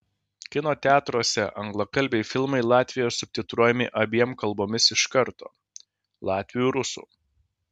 kino teatruose anglakalbiai filmai latvijoje subtitruojami abiem kalbomis iš karto latvių ir rusų